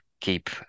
keep